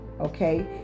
Okay